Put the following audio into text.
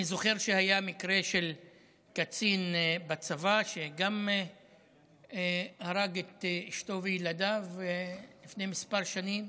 אני זוכר שהיה גם מקרה של קצין בצבא שהרג את אשתו וילדיו לפני כמה שנים.